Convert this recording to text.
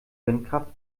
windkraft